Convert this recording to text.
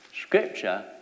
Scripture